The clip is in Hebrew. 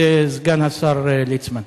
זה סגן השר ליצמן.